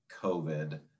COVID